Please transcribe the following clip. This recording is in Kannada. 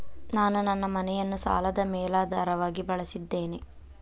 ನಾನು ನನ್ನ ಮನೆಯನ್ನು ಸಾಲದ ಮೇಲಾಧಾರವಾಗಿ ಬಳಸಿದ್ದೇನೆ